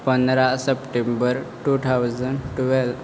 पंदरा September two thousand twelve